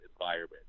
environment